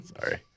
Sorry